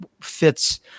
fits